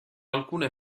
alcune